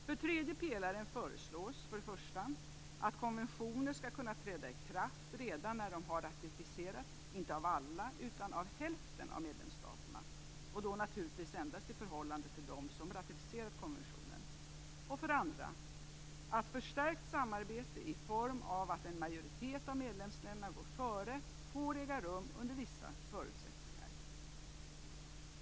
För tredje pelaren föreslås för det första att konventioner skall kunna träda i kraft redan när de har ratificerats, inte av alla utan av hälften av medlemsstaterna, och då naturligtvis endast i förhållande till dem som ratificerat konventionen. För det andra föreslås att förstärkt samarbete i form av att en majoritet av medlemsländerna går före får äga rum under vissa förutsättningar.